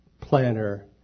planner